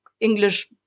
English